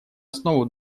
основу